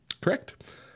Correct